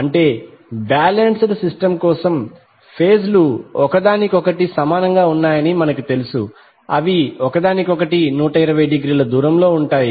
అంటే balanced system కోసం phase లు ఒకదానికొకటి సమానంగా ఉన్నాయని మనకు తెలుసు అవి ఒకదానికొకటి 120 డిగ్రీల దూరంలో ఉంటాయి